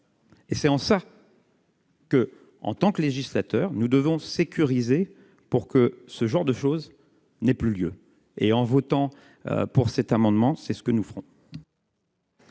Et c'est en ça. Que, en tant que législateurs, nous devons sécuriser pour que ce genre de choses n'ait plus lieu et en votant pour cet amendement, c'est ce que nous ferons.